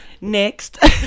next